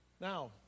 Now